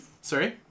Sorry